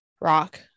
rock